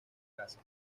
casa